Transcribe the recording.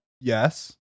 yes